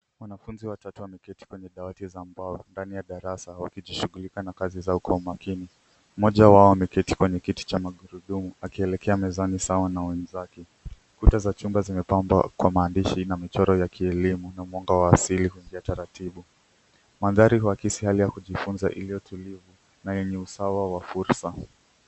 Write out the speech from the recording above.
Wanafunzi watatu wameketi kwenye dawati za mbao ndani ya darasa wakijishughugulika na kazi zao kwa makini. Mmoja wao ameketi kwenye kiti cha magurudumu akielekea mezani sawa na wenzake. Kuta za chungwa zimepambwa kwa maandishi na michoro ya kielimu na mwanga wa asili huingia taratibu. Mandhari huakisi hali ya kujifunza iliyo tulivu na yenye usawa wa fursa.